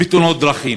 בתאונות דרכים,